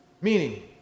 Meaning